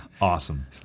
Awesome